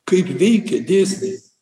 kaip veikia dėsniai